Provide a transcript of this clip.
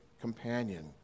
companion